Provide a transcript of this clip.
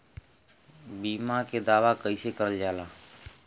बीमा के दावा कैसे करल जाला?